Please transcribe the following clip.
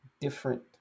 different